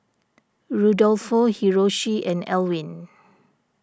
Rudolfo Hiroshi and Elwin